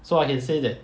so I can say that